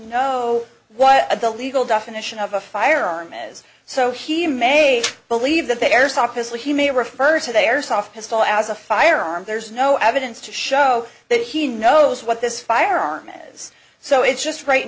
know what the legal definition of a firearm is so he may believe that there sophos what he may refer to their soft pistol as a firearm there's no evidence to show that he knows what this firearm is so it's just right